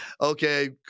okay